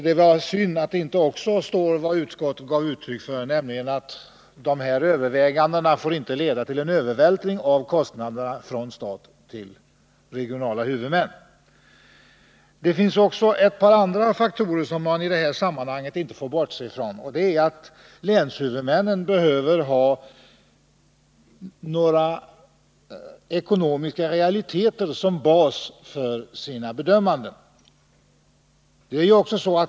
Det är synd att det inte också står vad utskottet uttalade, Måndagen den nämligen att dessa överväganden inte får leda till en övervältring av 12 november 1979 kostnaderna från staten till regionala huvudmän. Det finns även ett par andra faktorer som man i det här sammanhanget inte — Om inlandsbanan får bortse ifrån. Länshuvudmännen behöver ha några ekonomiska realiteter — »m.m. som bas för sina bedömningar.